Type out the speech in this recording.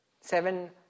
seven